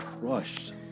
crushed